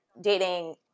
dating